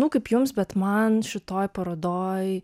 nu kaip jums bet man šitoj parodoj